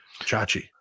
Chachi